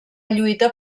lluita